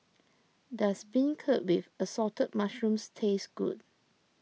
does Beancurd with Assorted Mushrooms taste good